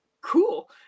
cool